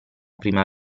prima